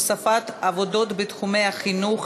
הוספת עבודות בתחומי החינוך,